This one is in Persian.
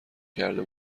کرده